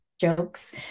jokes